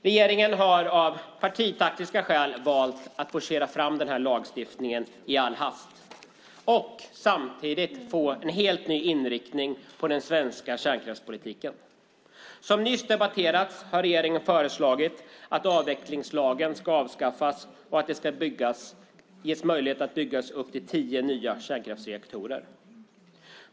Regeringen har av partitaktiska skäl valt att forcera fram denna lagstiftning i all hast och samtidigt få en helt ny inriktning på den svenska kärnkraftspolitiken. Som nyss debatterats har regeringen föreslagit att avvecklingslagen ska avskaffas och att det ska ges möjlighet att bygga upp till tio nya kärnkraftsreaktorer.